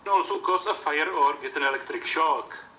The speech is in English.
also cause a fire or get an electric shock.